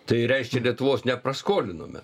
tai reiškia lietuvos neprasiskolinome